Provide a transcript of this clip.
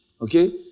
Okay